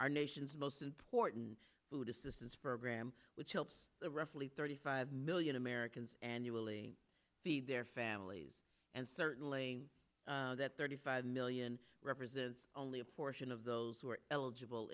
our nation's most important food assistance program which helps the roughly thirty five million americans annually feed their families and certainly that thirty five million represents only a portion of those who are eligible